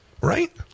right